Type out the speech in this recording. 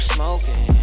Smoking